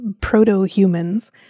proto-humans